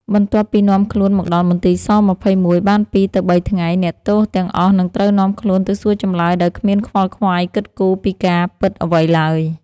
បន្ទាប់ពីនាំខ្លួនមកដល់មន្ទីរ ស-២១ បានពីរ-បីថ្ងៃ អ្នកទោសទាំងអស់នឹងត្រូវនាំខ្លួនទៅសួរចម្លើយដោយគ្មានខ្វល់ខ្វាយគិតគូរពីការពិតអ្វីឡើយ ។